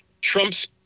Trump's